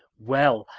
well,